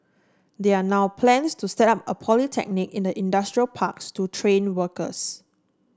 there are now plans to set up a polytechnic in the industrial parks to train workers